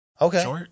Okay